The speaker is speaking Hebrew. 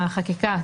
בחקיקה.